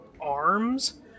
arms